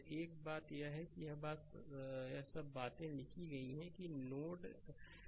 एक बात यह है कि यह सब बातें लिखी गई हैं कि एक नोड है